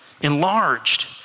enlarged